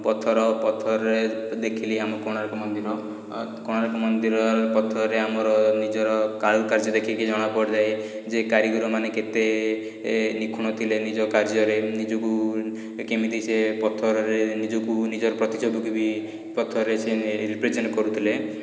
ପଥର ପଥରରେ ଦେଖିଲି ଆମ କୋଣାର୍କ ମନ୍ଦିର କୋଣାର୍କ ମନ୍ଦିର ପଥରରେ ଆମର ନିଜର କାରୁକାର୍ଯ୍ୟ ଦେଖିକି ଜଣା ପଡ଼ିଯାଏ ଯେ କାରିଗରମାନେ କେତେ ନିଖୁଣ ଥିଲେ ନିଜ କାର୍ଯ୍ୟରେ ନିଜକୁ କେମିତି ସିଏ ପଥରରେ ନିଜକୁ ନିଜର ପ୍ରତିଛବିକୁ ବି ପଥରରେ ସିଏ ରିପ୍ରେଜେଣ୍ଟ୍ କରୁଥିଲେ